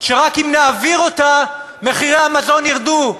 שרק אם נעביר אותה מחירי המזון ירדו.